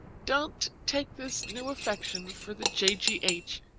don't take this new affection for the j g h.